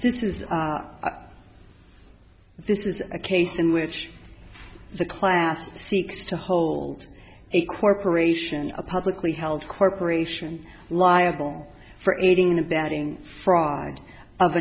this is this is a case in which the class seeks to hold a corporation a publicly held corporation liable for aiding and abetting fraud of